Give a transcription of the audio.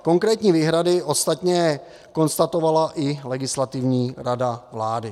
Konkrétní výhrady ostatně konstatovala i Legislativní rada vlády.